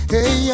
Hey